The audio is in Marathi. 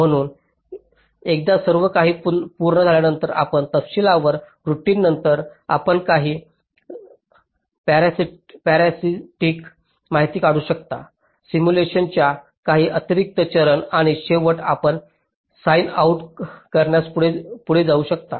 म्हणून एकदा सर्वकाही पूर्ण झाल्यानंतर आपण तपशीलवार रूटिंग नंतर आपण काही पॅरासिटिक माहिती काढू शकता सिम्युलेशनच्या काही अतिरिक्त चरण आणि शेवटी आपण साइन आउट करण्यास पुढे जाऊ शकता